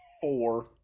four